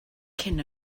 cyn